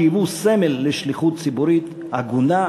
שהיו סמל לשליחות ציבורית הגונה,